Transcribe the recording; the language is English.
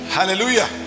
Hallelujah